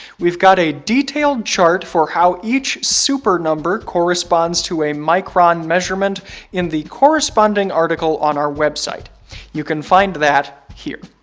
we've got a detailed chart for how each super number corresponds to a micron measurement in the corresponding article on our website you can find that here.